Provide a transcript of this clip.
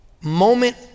moment